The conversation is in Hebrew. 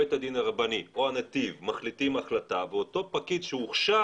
בית הדין הרבני או נתיב מחליטים החלטה ואותו פקיד שהוכשר